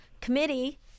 Committee